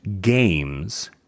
games